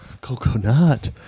Coconut